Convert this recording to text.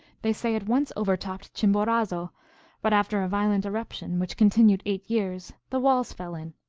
they say it once overtopped chimborazo but, after a violent eruption, which continued eight years, the walls fell in.